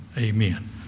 amen